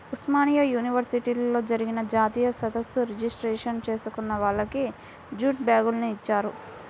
ఉస్మానియా యూనివర్సిటీలో జరిగిన జాతీయ సదస్సు రిజిస్ట్రేషన్ చేసుకున్న వాళ్లకి జూటు బ్యాగుని ఇచ్చారు